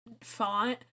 font